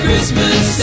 Christmas